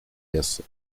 hesse